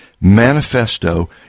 Manifesto